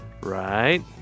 Right